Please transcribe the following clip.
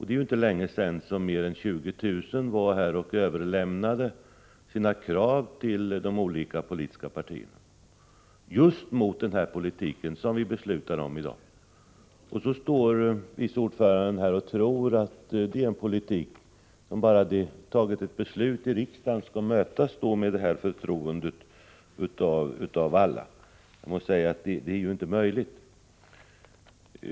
Det är inte länge sedan som mer än 20 000 var här och överlämnade sina krav till de olika politiska partierna — just med utgångspunkt i den politik vi beslutar om i dag! Ändå står utskottets vice ordförande här och säger sig tro, att bara det har fattats beslut om en viss politik här i riksdagen, skall denna politik mötas med förtroende av alla. Jag måste säga att det inte är möjligt.